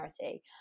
charity